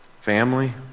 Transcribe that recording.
Family